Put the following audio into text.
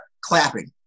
clapping